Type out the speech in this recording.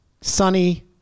sunny